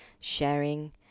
sharing